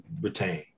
retain